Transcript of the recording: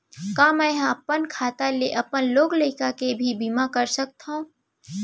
का मैं ह अपन खाता ले अपन लोग लइका के भी बीमा कर सकत हो